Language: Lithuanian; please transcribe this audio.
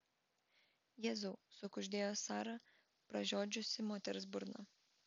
jėzau sukuždėjo sara pražiodžiusi moters burną